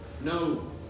No